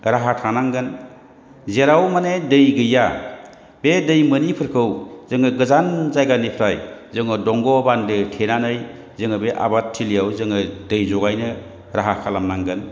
राहा थानांगोन जेराव माने दै गैया बे दै मोनिफोरखौ जों गोजान जायगानिफ्राय जों दंग' बान्दो थेनानै जों बे आबाद थिलियाव जों दै जगायनो राहा खालामनांगोन